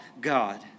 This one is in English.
God